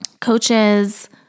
coaches